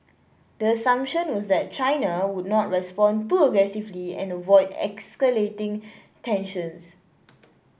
the assumption was that China would not respond too aggressively and avoid escalating tensions